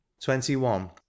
Twenty-one